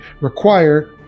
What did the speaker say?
require